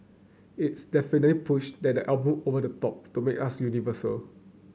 its definitely pushed that album over the top to make us universal